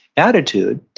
attitude,